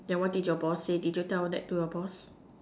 then what did your boss say did you tell that to your boss